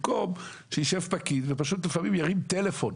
במקום שיישב פקיד ולפעמים פשוט ירים טלפון